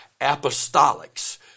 apostolics